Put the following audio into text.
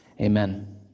Amen